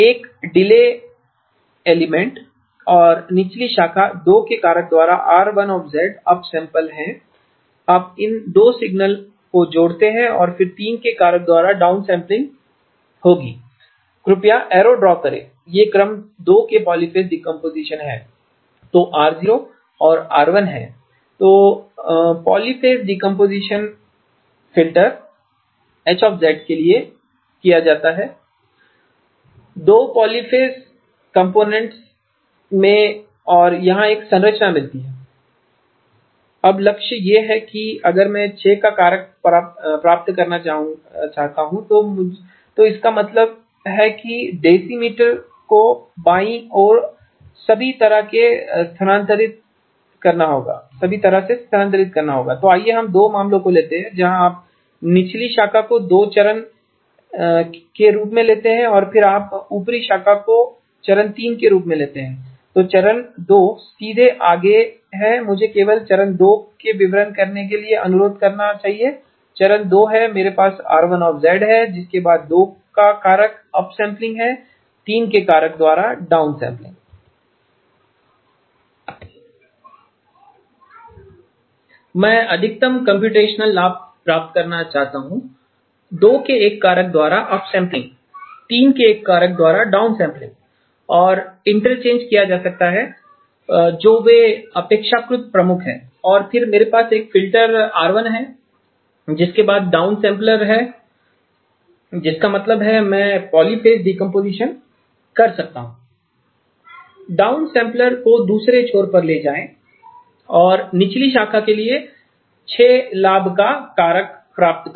एक delay element और निचली शाखा 2 के कारक द्वारा R1 अप सैंपल है आप इन 2 सिग्नल को जोड़ते हैं और फिर 3 के कारक द्वारा डाउन सैंपलिंग' होगी कृपया एरो ड्रा करें ये क्रम 2 के पॉलीफ़ेज़ डिकम्पोज़िशन हैं तो R0 और R1 है तो पॉलीपेज़ डिकम्पोज़िशन फिल्टर H के लिए किया जाता है 2 पॉलीपेज़ पॉलीपेज़ कंपोनेंट्स में और हमें यह संरचना मिलती है अब लक्ष्य यह है कि अगर मैं 6 का कारक प्राप्त करना चाहता हूं तो इसका मतलब है कि डेसीमटर decimator को बाईं ओर सभी तरह से स्थानांतरित करना होगा तो आइए हम 2 मामलों को लेते हैं जहां आप निचली शाखा को चरण 2 के रूप में लेते हैं और फिर आप ऊपरी शाखा को चरण 3 के रूप में लेते हैं तो चरण 2 सीधे आगे है मुझे केवल चरण 2 के विवरण भरने के लिए अनुरोध करना चाहिए चरण 2 है मेरे पास R1 है जिसके बाद 2 का कारक अप सैंपलिंग है 3 के कारक द्वारा डाउन सैंपलिंग मैं अधिकतम कम्प्यूटेशनल लाभ प्राप्त करना चाहता हूं 2 के एक कारक द्वारा अप सैंपलिंग 3 के एक कारक द्वारा डाउन सैंपलिंग को इंटरचेंज किया जा सकता है जो वे अपेक्षाकृत प्रमुख हैं और फिर मेरे पास एक फ़िल्टर R1 है जिसके बाद डाउन सैंपलर है जिसका मतलब है कि मैं पॉलीफ़ेज़ डिकम्पोज़िशन कर सकता हूं डाउन सैंपलर को दूसरे छोर पर ले जाएं और निचली शाखा के लिए 6 लाभ का कारक प्राप्त करें